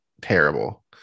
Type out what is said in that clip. terrible